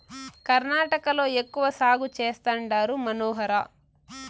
కర్ణాటకలో ఎక్కువ సాగు చేస్తండారు మనోహర